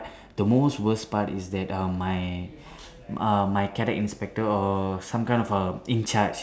the most worst part is that um my uh my cadet inspector or some kind of a in charge